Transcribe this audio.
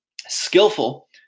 skillful